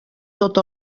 tot